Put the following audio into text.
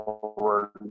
forward